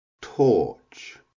torch